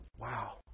Wow